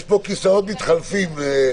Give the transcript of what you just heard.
יש פה כיסאות מתחלפים.